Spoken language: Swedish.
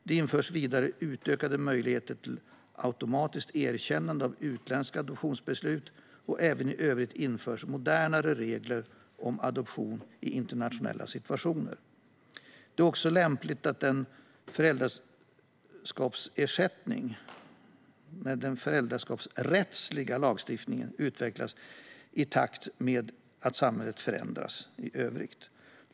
Det införs vidare utökade möjligheter till automatiskt erkännande av utländska adoptionsbeslut, och även i övrigt införs modernare regler om adoption i internationella situationer. Det är också lämpligt att den föräldraskapsrättsliga lagstiftningen utvecklas i takt med att samhället förändras i övrigt.